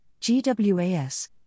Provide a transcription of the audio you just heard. GWAS